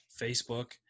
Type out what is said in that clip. facebook